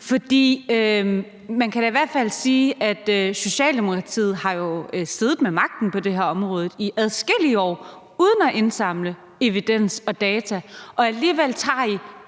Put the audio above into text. For man kan da i hvert fald sige, at Socialdemokratiet har siddet med magten på det her område i adskillige år uden at indsamle evidens og data, og alligevel tager I